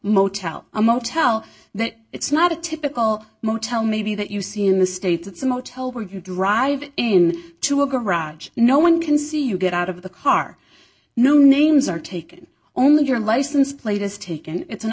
motel a motel that it's not a typical motel maybe that you see in the states it's a motel where you drive in to a garage no one can see you get out of the car no names are taken only your license plate is taken it's an